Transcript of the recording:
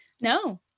No